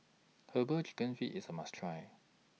Herbal Chicken Feet IS A must Try